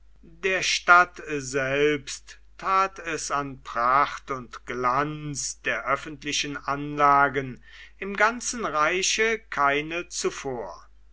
der stadt selbst tat es an pracht und glanz der öffentlichen anlagen im ganzen reiche keine zuvor